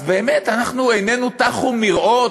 אז באמת עינינו טחו מראות?